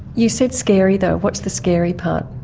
you said scary, though. what's the scary part?